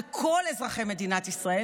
על כל אזרחי מדינת ישראל,